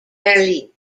berlin